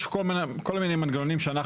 יש כל מיני מנגנונים שאנחנו הכנסנו.